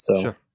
Sure